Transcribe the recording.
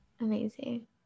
Amazing